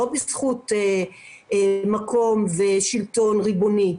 לא בזכות מקום ושלטון ריבוני.